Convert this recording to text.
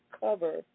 cover